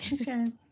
Okay